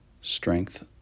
strength